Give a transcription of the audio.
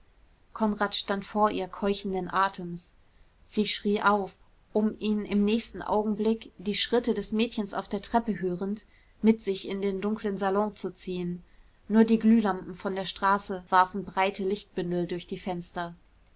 konrad stand vor ihr keuchenden atems sie schrie auf um ihn im nächsten augenblick die schritte des mädchens auf der treppe hörend mit sich in den dunklen salon zu ziehen nur die glühlampen von der straße warfen breite lichtbündel durch die fenster